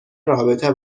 رابطه